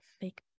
fake